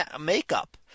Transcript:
makeup